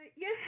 Yes